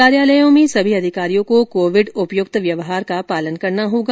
कार्यालयों में सभी अधिकारियों को कोविड उपयुक्त व्यवहार का पालन करना होगा